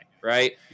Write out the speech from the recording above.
Right